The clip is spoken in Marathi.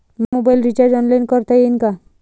मले मोबाईल रिचार्ज ऑनलाईन करता येईन का?